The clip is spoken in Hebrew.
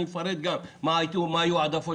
אני אפרט גם מה היו העדפות.